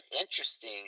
interesting